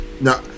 No